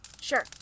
Sure